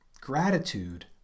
gratitude